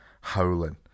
howling